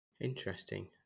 Interesting